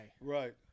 Right